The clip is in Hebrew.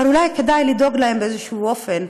אבל אולי כדאי לדאוג להם באיזשהו אופן,